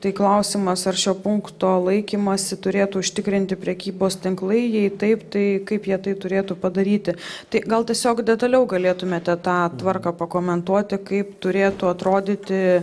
tai klausimas ar šio punkto laikymąsi turėtų užtikrinti prekybos tinklai jei taip tai kaip jie tai turėtų padaryti tai gal tiesiog detaliau galėtumėte tą tvarką pakomentuoti kaip turėtų atrodyti